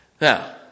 Now